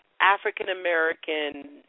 African-American